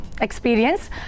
experience